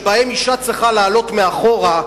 שבהם אשה צריכה לעלות מאחורה,